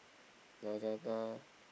Lazada